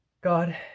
God